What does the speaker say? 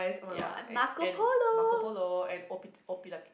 ya and and Marco Polo and O Pete O Pillar